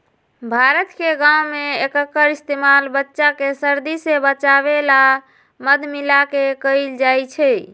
भारत के गाँव में एक्कर इस्तेमाल बच्चा के सर्दी से बचावे ला मध मिलाके कएल जाई छई